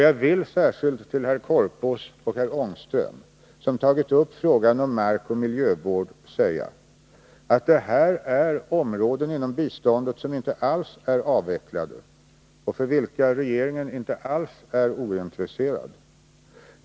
Jag vill särskilt till herr Korpås och herr Ångström, som har tagit upp frågan om markoch miljövård, säga att det är områden inom biståndet som inte alls är avvecklade och för vilka regeringen inte alls är ointresserad.